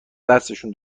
دستشون